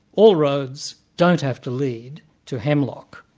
all roads don't have to lead to hemlock.